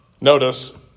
notice